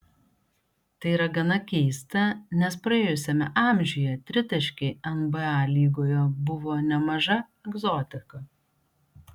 tai yra gana keista nes praėjusiame amžiuje tritaškiai nba lygoje buvo nemaža egzotika